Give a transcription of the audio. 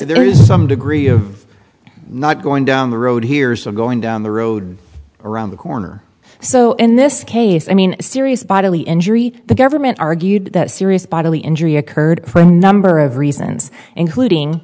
there is some degree of not going down the road hears of going down the road around the corner so in this case i mean serious bodily injury the government argued that serious bodily injury occurred for a number of reasons including